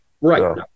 Right